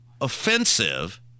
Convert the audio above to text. offensive